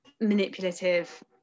manipulative